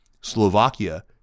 Slovakia